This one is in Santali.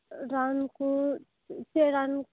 ᱨᱟᱱ ᱠᱚ ᱪᱮᱫ ᱨᱟᱱ